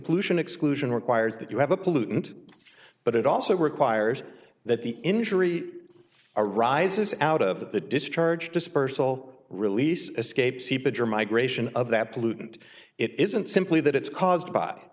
pollution exclusion requires that you have a pollutant but it also requires that the injury arises out of the discharge dispersal release escape seepage or migration of that pollutant it isn't simply that it's caused by